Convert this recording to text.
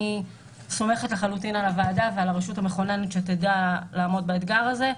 אני סומכת לחלוטין על הוועדה ועל הרשות המכוננת שתדע לעמוד באתגר הזה,